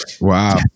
Wow